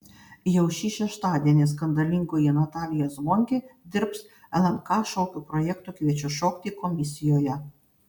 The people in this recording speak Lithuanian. jau šį šeštadienį skandalingoji natalija zvonkė dirbs lnk šokių projekto kviečiu šokti komisijoje